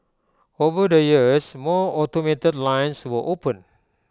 over the years more automated lines were opened